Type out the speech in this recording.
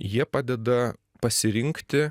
jie padeda pasirinkti